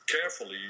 carefully